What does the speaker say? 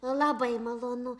labai malonu